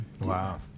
Wow